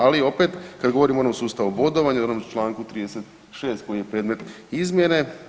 Ali opet kad govorimo o onom sustavu bodovanja, onom članku 36. koji je predmet izmjere.